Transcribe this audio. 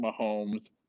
Mahomes